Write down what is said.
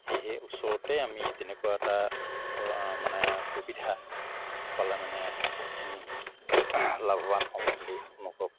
সেয়েহে ওচৰতে আমি তেনেকুৱা এটা মানে সুবিধা পালে মানে বহুতখিনি লাভৱান হ'ম বুলি অনুভৱ